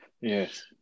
Yes